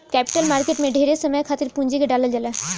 capital market में ढेरे समय खातिर पूंजी के डालल जाला